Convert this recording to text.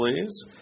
please